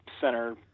center